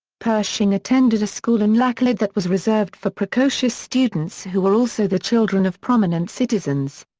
pershing attended a school in laclede that was reserved for precocious students who were also the children of prominent citizens.